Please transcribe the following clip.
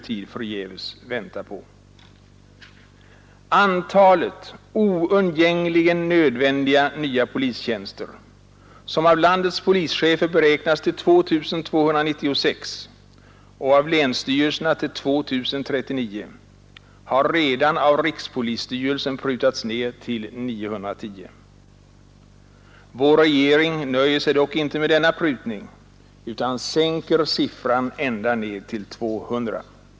Antalet oundgängligen nödvändiga nya polistjänster, som av landets polischefer beräknas till 2 296 och av länsstyrelserna till 2 039 har redan av rikspolisstyrelsen prutats ned till 910. Vår regering nöjer sig dock inte med denna prutning, utan sänker siffran ända ned till 200.